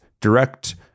direct